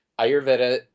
ayurveda